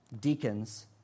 Deacons